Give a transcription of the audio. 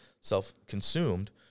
self-consumed